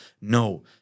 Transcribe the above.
no